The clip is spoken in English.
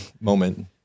moment